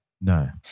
No